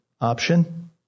option